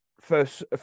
first